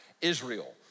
Israel